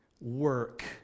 work